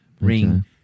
Ring